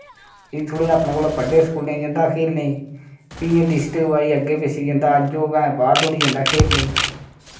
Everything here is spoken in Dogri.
इयां थोह्ड़ा अपने कोला बड्डें स्कूलें जंदा हा खेलने फ्ही इयां डिस्ट्रिक वाइज अग्गै पिच्छै जंदा अज्ज ओह् बाह्र धोड़ी जंदा खेलने